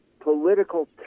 political